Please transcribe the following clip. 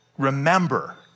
remember